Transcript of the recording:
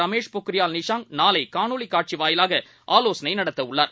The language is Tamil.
ரமேஷ்பொக்ரியால்நிஷா ங்க்நாளைகாணொலிக்காட்சிவாயிலாகஆலோசனைநடத்தவுள்ளார்